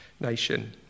nation